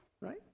right